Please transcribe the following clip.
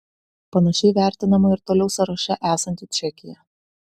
panašiai vertinama ir toliau sąraše esanti čekija